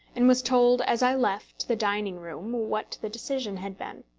and was told as i left the dining-room what the decision had been.